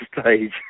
stage